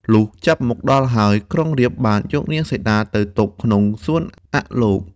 លុះចាប់មកដល់ហើយ ក្រុងរាពណ៍បានយកនាងសីតាទៅទុកក្នុងសួនអលោក។